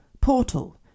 Portal